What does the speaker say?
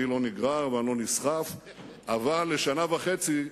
אני לא נגרר ואני לא נסחף, אבל לשנה וחצי,